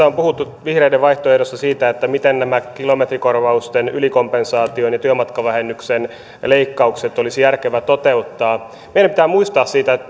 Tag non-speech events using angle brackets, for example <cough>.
<unintelligible> on puhuttu siitä miten nämä kilometrikorvausten ylikompensaation ja työmatkavähennyksen leikkaukset olisi järkevä toteuttaa meidän pitää muistaa se että